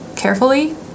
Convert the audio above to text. carefully